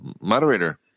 Moderator